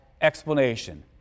explanation